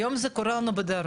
היום זה קורה לנו בדרום.